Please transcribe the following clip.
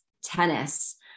tennis